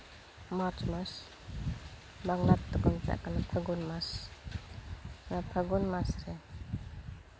ᱢᱟᱨᱪ ᱢᱟᱥ ᱵᱟᱝᱞᱟ ᱛᱮᱫᱚ ᱠᱚ ᱢᱮᱛᱟᱜᱼᱟ ᱠᱟᱱᱟ ᱯᱷᱟᱹᱜᱩᱱ ᱢᱟᱥ ᱚᱱᱟ ᱯᱷᱟᱹᱜᱩᱱ ᱢᱟᱥ ᱨᱮ